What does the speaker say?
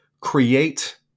create